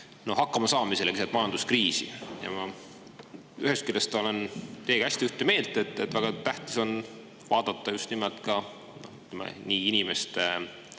hakkamasaamisele keset majanduskriisi. Ma ühest küljest olen teiega hästi ühte meelt, et väga tähtis on vaadata just nimelt inimeste